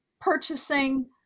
purchasing